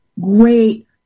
great